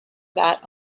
that